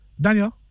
Daniel